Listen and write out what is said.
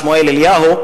שמואל אליהו,